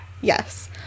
Yes